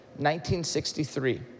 1963